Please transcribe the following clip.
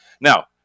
Now